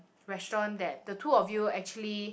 restaurant that the two of you actually